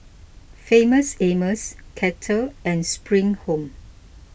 Famous Amos Kettle and Spring Home